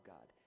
God